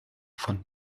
von